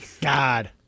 God